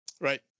Right